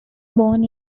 born